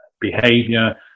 behavior